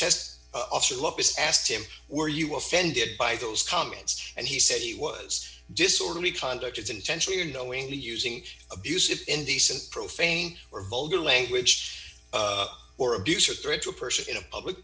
test asked him were you offended by those comments and he said he was disorderly conduct as intentionally or knowingly using abusive indecent profane or vulgar language or abuse or threat to a person in a public